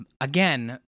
again